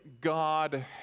God